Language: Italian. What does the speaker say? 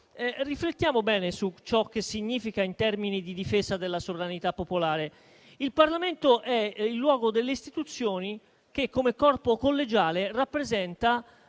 Riflettiamo bene su ciò che significa in termini di difesa della sovranità popolare. Il Parlamento è il luogo delle istituzioni che, come corpo collegiale, rappresenta